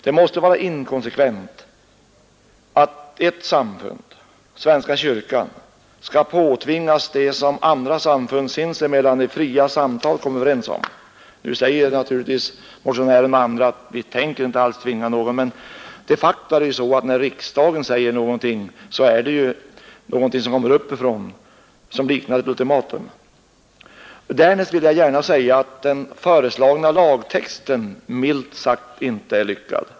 Det måste vara inkonsekvent att ert samfund, svenska kyrkan, skall påtvingas det som andra samfund sins emellan i fria samtal kommer överens om. Nu säger naturligtvis motionären och andra att man inte alls tänker tvinga någon, men de facto är det ju så, att när riksdagen säger någonting är det något som kommer uppifrån, som liknar ett ultimatum. Därnäst vill jag gärna betona att den föreslagna lagtexten milt sagt inte är lyckad.